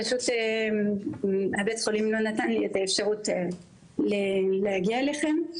פשוט בית החולים לא נתן לי את האפשרות להגיע אליכם.